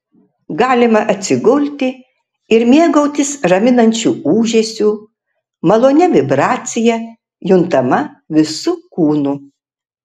galima atsigulti ir mėgautis raminančiu ūžesiu malonia vibracija juntama visu kūnu